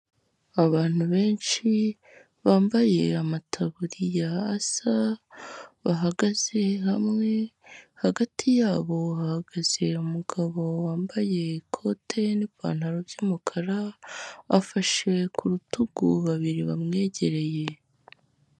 Abantu benshi, bambaye amataburi ya asa, bahagaze hamwe, hagati yabo hahagaze umugabo wambaye ikote n'ipantaro by'umukara, afashe ku rutugu, babiri bamwegereye.